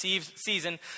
season